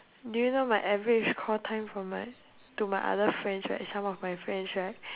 do you know my average call time for my to my other friends right some of my friends right